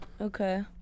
Okay